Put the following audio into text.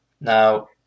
now